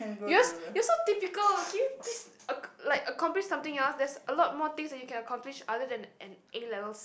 you're you're so typical can you please ac~ like accomplish something else there's a lot more things that you can accomplish other than an A-levels